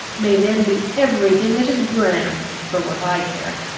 may then be every thing that is grand for what i care.